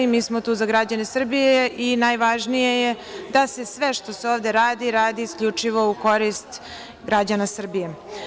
Mi smo tu za građane Srbije i najvažnije je da se sve što se ovde radi, radi se isključivo u korist građana Srbije.